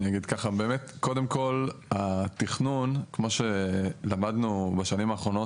קודם כל התכנון כמו שלמדנו בשנים האחרונות,